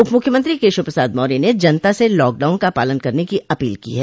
उप मुख्यमंत्री केशव प्रसाद मौर्य ने जनता से लॉकडाउन का पालन करने की अपील की है